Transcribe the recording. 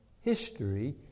history